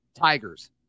Tigers